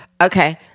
Okay